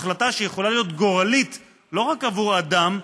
החלטה שיכולה להיות גורלית לא רק עבור האדם,